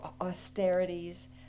austerities